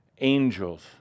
angels